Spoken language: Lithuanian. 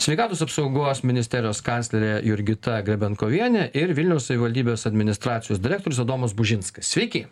sveikatos apsaugos ministerijos kanclerė jurgita grebenkovienė ir vilniaus savivaldybės administracijos direktorius adomas bužinskas sveiki